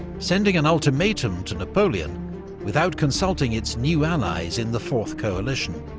sending an ultimatum to napoleon without consulting its new allies in the fourth coalition,